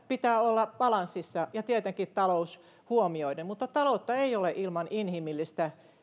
pitää olla balanssissa ja tietenkin talous huomioiden mutta taloutta ei ole ilman inhimillistä